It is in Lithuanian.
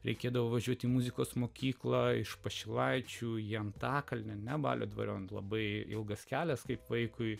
reikėdavo važiuoti muzikos mokykla iš pašilaičių į antakalnio ne balio dvariono labai ilgas kelias kaip vaikui